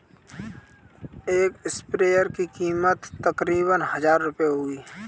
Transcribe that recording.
एक स्प्रेयर की कीमत तकरीबन हजार रूपए होगी